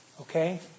Okay